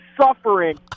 suffering